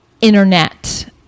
internet